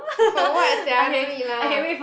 for what sia no need lah